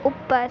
ऊपर